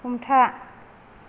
हमथा